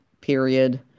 period